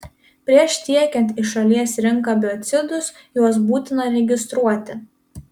prieš tiekiant į šalies rinką biocidus juos būtina registruoti